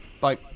Bye